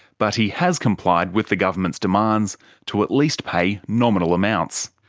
but he has complied with the government's demands to at least pay nominal amounts.